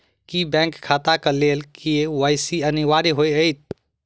की bank खाता केँ लेल के.वाई.सी अनिवार्य होइ हएत?